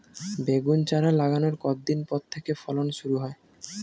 বেগুন চারা লাগানোর কতদিন পর থেকে ফলন শুরু হয়?